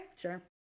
Sure